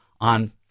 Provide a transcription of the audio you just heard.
on